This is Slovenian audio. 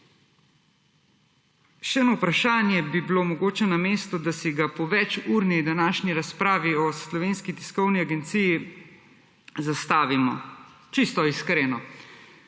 Še eno vprašanje bi bilo mogoče na mestu, da si ga po večurni današnji razpravi o Slovenski tiskovni agenciji zastavimo čisto iskreno.